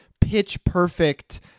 pitch-perfect